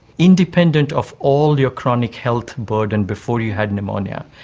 independent of all your chronic health burden before you had pneumonia.